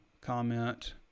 comment